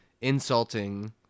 insulting